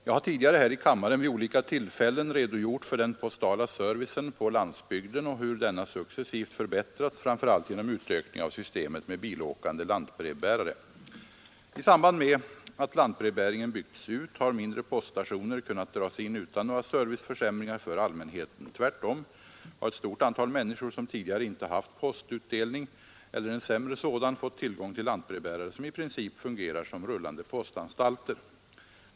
Jag har tidigare här i kammaren vid olika tillfällen redogjort för den postala servicen på landsbygden och hur denna successivt förbättrats, framför allt genom utökning av systemet med bilåkande lantbrevbärare. I samband med att lantbrevbäringen byggts ut har mindre poststationer kunnat dras in utan några serviceförsämringar för allmänheten. Tvärtom har ett stort antal människor, som tidigare inte haft postutdelning eller en sämre sådan, fått tillgång till lantbrevbärare, som i princip fungerar som rullande postanstalter.